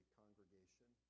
congregation